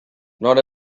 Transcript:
not